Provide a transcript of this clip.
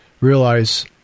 realize